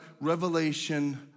Revelation